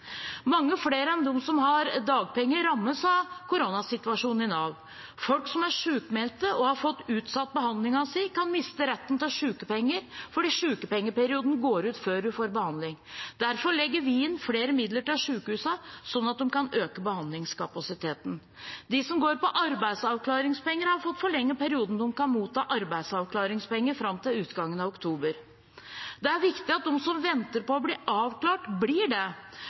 Mange flere enn dem som har dagpenger, rammes av koronasituasjonen i Nav. Folk som er sykmeldte og har fått utsatt behandlingen sin, kan rette miste retten til sykepenger fordi sykepengeperioden går ut før en får behandling. Derfor legger vi inn flere midler til sykehusene, sånn at de kan øke behandlingskapasiteten. De som går på arbeidsavklaringspenger, har fått forlenget perioden de kan gå på arbeidsavklaringspenger til utgangen av oktober. Det er viktig at de som venter på å bli avklart, blir det,